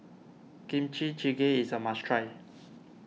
Kimchi Jjigae is a must try